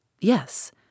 Yes